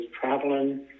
traveling